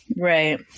Right